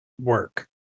work